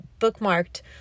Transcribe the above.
bookmarked